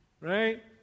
right